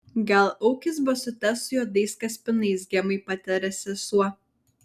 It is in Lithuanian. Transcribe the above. gal aukis basutes su juodais kaspinais gemai patarė sesuo